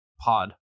Pod